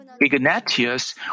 Ignatius